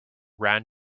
ran